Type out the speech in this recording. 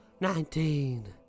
Nineteen